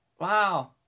Wow